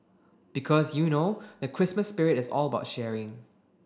because you know the Christmas spirit is all about sharing